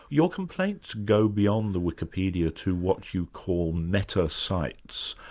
your complaints go beyond the wikipedia to what you call metasites.